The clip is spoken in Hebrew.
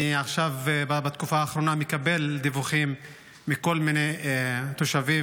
בתקופה האחרונה אני מקבל דיווחים מכל מיני תושבים